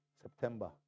September